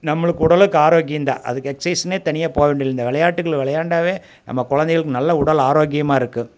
நம்மளுக்கு உடலுக்கு ஆரோக்கியம்தான் அதுக்கு எக்சைஸ்னே தனியாக போக வேண்டியதில்லை இந்த விளையாட்டுகள் விளையாண்டாவே நம்ம குழந்தைகளுக்கு நல்ல உடல் ஆரோக்கியமாயிருக்கும்